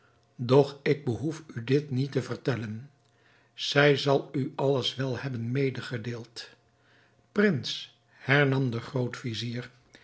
doch ik behoef u dit niet te vertellen zij zal u alles wel hebben medegedeeld prins hernam de